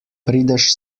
prideš